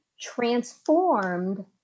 transformed